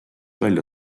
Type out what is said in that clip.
välja